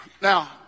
Now